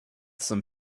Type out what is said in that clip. some